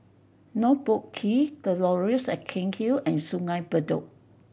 North Boat Quay The Laurels at Cairnhill and Sungei Bedok